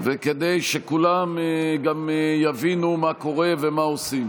וגם כדי שכולם יבינו מה קורה ומה עושים.